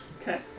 Okay